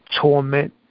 torment